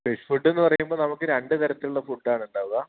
fish food എന്ന് പറയുമ്പോൾ നമുക്ക് രണ്ട് തരത്തിലുള്ള ഫുഡ്ഡ് ആണ് ഉണ്ടാവുക